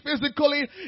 physically